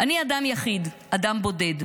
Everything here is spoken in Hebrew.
"אני אדם יחיד, אדם בודד.